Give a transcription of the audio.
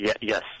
Yes